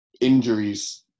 Injuries